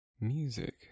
music